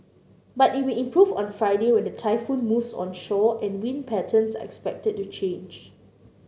but it may improve on Friday when the typhoon moves onshore and wind patterns are expected to change